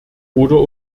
oder